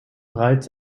bereits